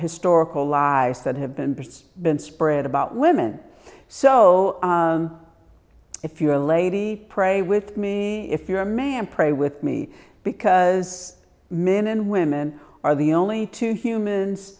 historical lies that have been pursued been spread about women so if you're a lady pray with me if you're a man pray with me because men and women are the only two humans